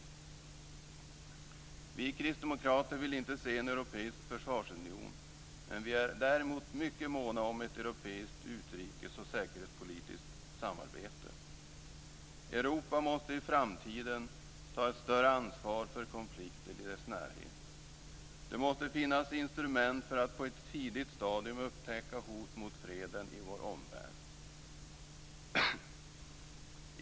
Vi kristdemokrater vill inte se en europeisk försvarsunion, men vi är däremot mycket måna om ett europeiskt utrikes och säkerhetspolitiskt samarbete. Europa måste i framtiden ta ett större ansvar för konflikter i dess närhet. Det måste finnas instrument för att på ett tidigt stadium upptäcka hot mot freden i vår omvärld.